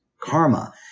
karma